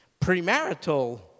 Premarital